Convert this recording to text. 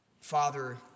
Father